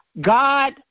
God